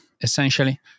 essentially